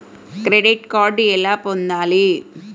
Credit card ఎలా పొందాలి?